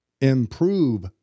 improve